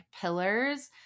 pillars